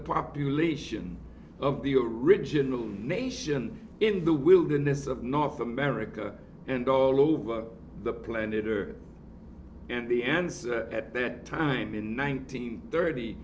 population of the original nation in the wilderness of north america and all over the planet or and the answer at that time in nineteen thirty